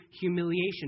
humiliation